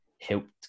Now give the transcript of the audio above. helped